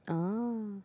ah